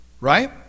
Right